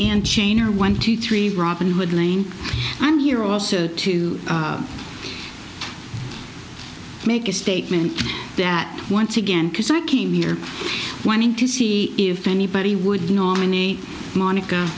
and chain are one two three robin hood lane i'm here also to make a statement that once again because i came here whining to see if anybody would nominate monica